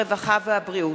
הרווחה והבריאות.